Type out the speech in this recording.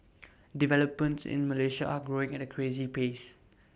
developments in Malaysia are growing at A crazy pace